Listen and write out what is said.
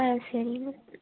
ஆ சரிங்க